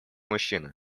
мужчины